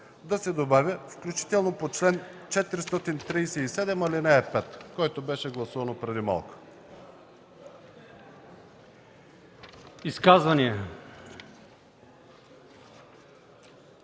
да се добави: „включително по чл. 437, ал. 5”, което беше гласувано преди малко.